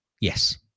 yes